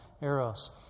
eros